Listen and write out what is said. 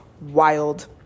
wild